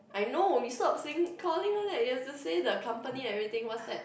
I know it's not saying calling one eh you have to say the company everything what's that